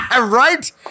Right